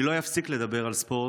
אני לא אפסיק לדבר על ספורט,